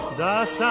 das